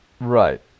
Right